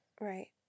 Right